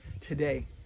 today